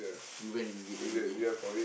we went with it anyway